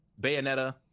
bayonetta